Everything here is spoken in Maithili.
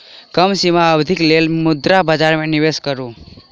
कम सीमा अवधिक लेल मुद्रा बजार में निवेश करू